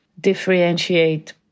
differentiate